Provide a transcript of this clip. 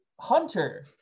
hunter